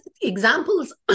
examples